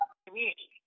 community